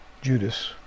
Judas